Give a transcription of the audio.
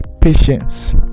patience